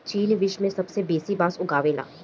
चीन विश्व में सबसे बेसी बांस उगावेला